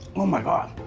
oh my god.